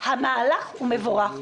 המהלך הוא מבורך,